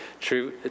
True